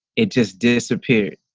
it just disappeared.